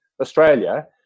australia